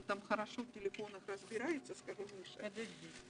הוועדה הזאת בעיני היא ועדה פונקציונלית